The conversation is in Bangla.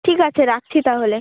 ঠিক আছে রাখছি তাহলে